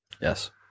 Yes